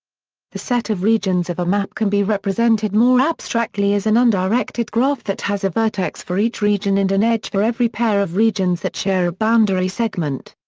the set of regions of a map can be represented more abstractly as an undirected graph that has a vertex for each region and an edge for every pair of regions that share a boundary segment.